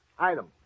Item